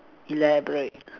elaborate